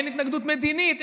אין התנגדות מדינית,